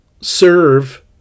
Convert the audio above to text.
serve